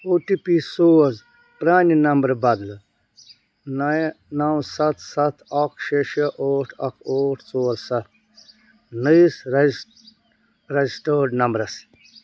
او T P سوز پرٛانہِ نمبرٕ بدلہٕ نایِن نَو سَتھ سَتھ اَکھ شےٚ شےٚ ٲٹھ اَکھ ٲٹھ ژور سَتھ نٔیِس رَجَس ریجَسٹٲرڈ نمبرَس